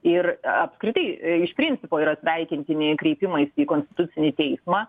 ir apskritai iš principo yra sveikintini kreipimaisi į konstitucinį teismą